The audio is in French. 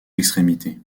extrémités